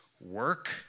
work